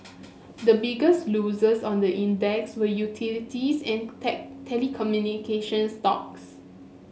the biggest losers on the index were utilities and telecommunication stocks